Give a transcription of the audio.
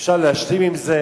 אפשר להשלים עם זה,